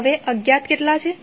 હવે અજ્ઞાત કેટલા છે